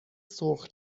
سرخ